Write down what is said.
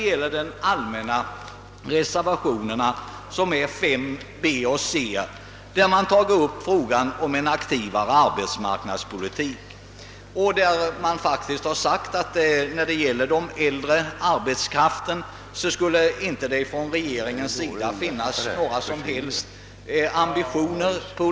I de allmänna reservationerna 5 b och c, där man tar upp frågan om en aktivare = arbetsmarknadspolitik, har man sagt att beträffande den äldre arbetskraften skulle det inte från regeringens sida finnas några som helst ambitioner.